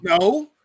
No